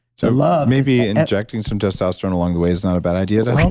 so, love maybe injecting some testosterone along the way is not a bad idea though?